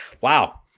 Wow